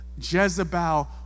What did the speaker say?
Jezebel